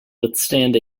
withstand